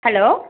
hello